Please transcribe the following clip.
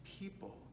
people